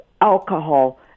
alcohol